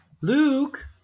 Luke